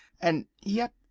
and yet,